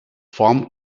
form